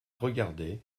regardaient